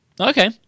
Okay